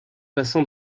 passant